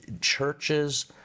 churches